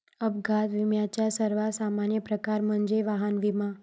अपघात विम्याचा सर्वात सामान्य प्रकार म्हणजे वाहन विमा